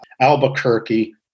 Albuquerque